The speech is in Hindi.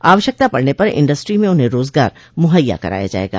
आवश्यकता पड़ने पर इंडस्ट्री में उन्हें रोजगार मुहैया कराया जायेगा